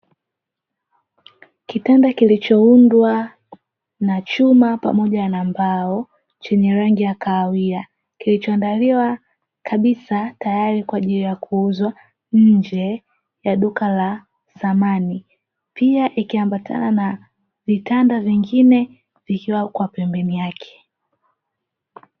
Kitanda kilichoundwa na chuma pamoja na mbao chenye rangi ya kahawia kilichoandaliwa kabisa tayari kwa ajili ya kuuzwa, nje ya duka la samani pia ikiambatana na mitanda vingine vikiwa kwa pembeni yake.